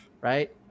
Right